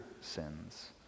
sins